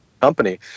company